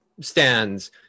stands